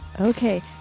Okay